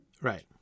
right